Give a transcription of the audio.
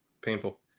painful